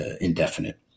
indefinite